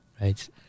right